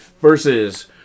versus